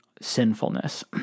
sinfulness